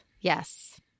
Yes